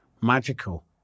magical